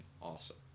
awesome